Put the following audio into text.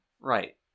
Right